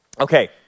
Okay